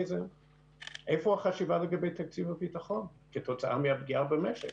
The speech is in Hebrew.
איפה החשיבה לגבי תקציב הביטחון כתוצאה מהפגיעה במשק,